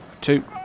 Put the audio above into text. two